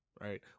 right